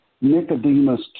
Nicodemus